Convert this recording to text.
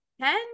Ten